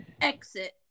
Exit